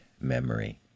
memory